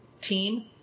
team